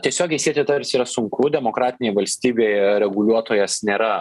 tiesiogiai sieti tarsi yra sunku demokratinėj valstybėj reguliuotojas nėra